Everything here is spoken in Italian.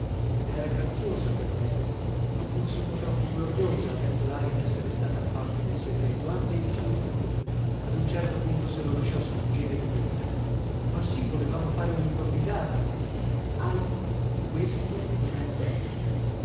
ed era graziosa quell'ebe ma forse un po troppo gloriosa avendo l'aria d'essere stata a parte del segreto anzi diciamo tutto ad un certo punto se lo lasciò sfuggire di bocca ma sì volevamo fare una improvvisata ahi questo non è bene